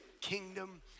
kingdom